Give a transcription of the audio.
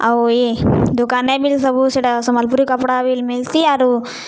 ଆଉ ଇ ଦୋକାନେ ବି ସବୁ ସେଟା ସମ୍ବଲପୁରୀ କପ୍ଡ଼ା ବି ମିଲ୍ସି ଆରୁ